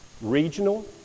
regional